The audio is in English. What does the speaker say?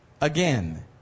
again